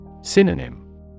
Synonym